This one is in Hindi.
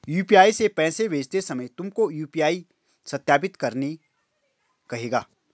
यू.पी.आई से पैसे भेजते समय तुमको यू.पी.आई सत्यापित करने कहेगा